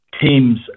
teams